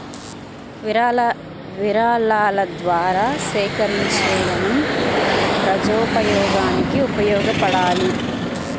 విరాళాల ద్వారా సేకరించేదనం ప్రజోపయోగానికి ఉపయోగపడాలి